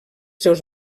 seus